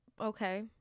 okay